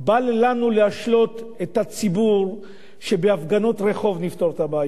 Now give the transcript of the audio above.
אל לנו להשלות את הציבור שבהפגנות רחוב נפתור את הבעיות.